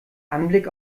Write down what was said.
anblick